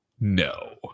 No